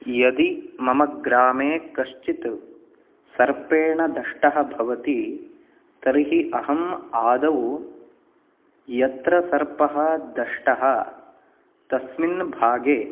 यदि मम ग्रामे कश्चित् सर्पेण दष्टः भवति तर्हि अहं आदौ यत्र सर्पः दष्टः तस्मिन् भागे